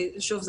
ושוב,